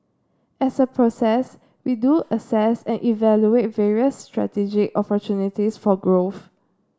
as a process we do assess and evaluate various strategic opportunities for growth